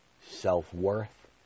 self-worth